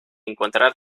encontrar